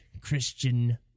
Christian